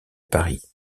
paris